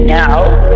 now